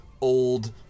old